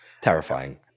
Terrifying